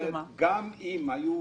גם אם היו